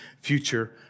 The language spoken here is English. future